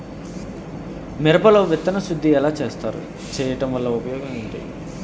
మిరప లో విత్తన శుద్ధి ఎలా చేస్తారు? చేయటం వల్ల ఉపయోగం ఏంటి?